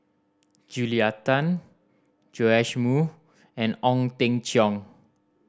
Julia Tan Joash Moo and Ong Teng Cheong